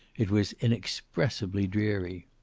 it was inexpressibly dreary.